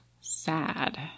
sad